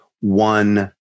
one